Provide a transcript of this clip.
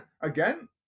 again